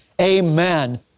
amen